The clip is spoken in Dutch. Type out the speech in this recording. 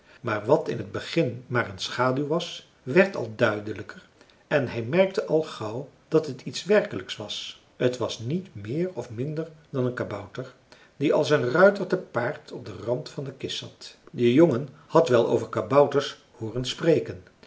maar wat in t begin maar een schaduw was werd al duidelijker en hij merkte al gauw dat het iets werkelijks was t was niet meer of minder dan een kabouter die als een ruiter te paard op den rand van de kist zat de jongen had wel over kabouters hooren spreken